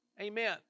amen